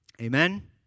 Amen